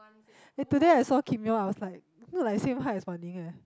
eh today I saw Kim-Yong I was like look like same height as Wan-Ning eh